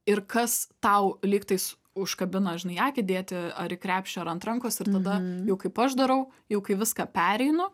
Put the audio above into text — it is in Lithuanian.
ir kas tau lyg tais užkabina žinai akį dėti ar į krepšį ar ant rankos ir tada jau kaip aš darau jau kai viską pereinu